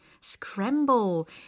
scramble